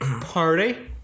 party